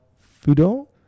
Fudo